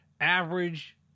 average